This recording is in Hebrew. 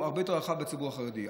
הרבה יותר רחב בציבור החרדי,